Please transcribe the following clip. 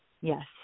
Yes